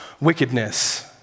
wickedness